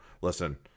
listen